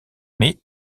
mais